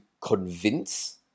convince